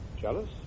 Jealous